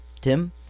Tim